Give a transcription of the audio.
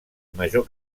major